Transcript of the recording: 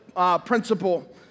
principle